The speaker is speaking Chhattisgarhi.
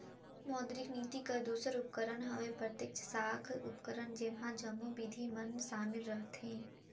मौद्रिक नीति कर दूसर उपकरन हवे प्रत्यक्छ साख उपकरन जेम्हां जम्मो बिधि मन सामिल रहथें